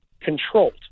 controlled